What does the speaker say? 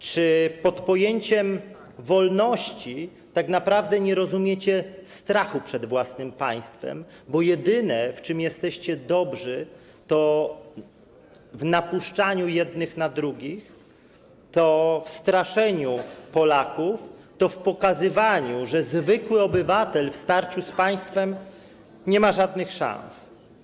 Czy przez to pojęcie wolności tak naprawdę nie rozumiecie strachu przed własnym państwem, bo jedyne, w czym jesteście dobrzy, to w napuszczaniu jednych na drugich, to w straszeniu Polaków, to w pokazywaniu, że zwykły obywatel w starciu z państwem nie ma żadnych szans?